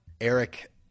Eric